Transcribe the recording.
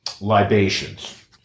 libations